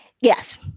yes